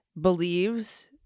believes